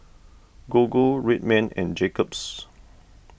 Gogo Red Man and Jacob's